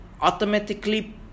automatically